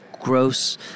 gross